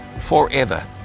forever